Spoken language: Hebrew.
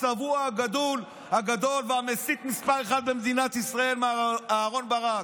הצבוע הגדול והמסית מס' אחת במדינת ישראל מר אהרן ברק,